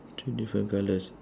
two different colours